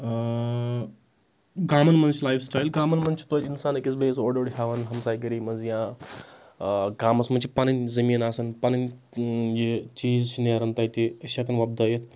گامَن منٛز life style گامَن منٛز چھُ توتہِ اِنسان أکِس بیٚیِس اورٕ یورٕ ہیٚوان ہمسایہِ گٔری منٛز یا گامَس منٛز چھِ پَنٕنۍ زٔمیٖن آسَان پَنٕنۍ یہِ چیٖز چھِ نیرَان تَتہِ چھِ ہؠکَان وۄپدٲیِتھ